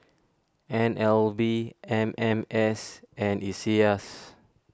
N L B M M S and Iseas